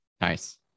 nice